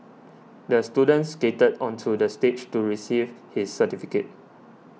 the student skated onto the stage to receive his certificate